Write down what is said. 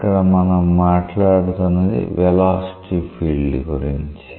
ఇక్కడ మనం మాట్లాడుతున్నది వెలాసిటీ ఫీల్డ్ గురించి